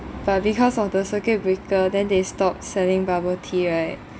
but because of the circuit breaker then they stopped selling bubble tea right